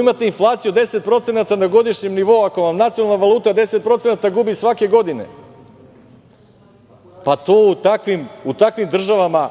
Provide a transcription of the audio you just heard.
imate inflaciju 10% na godišnjem nivou, ako vam nacionalna valuta 10% gubi svake godine, pa u takvim državama